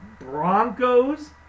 broncos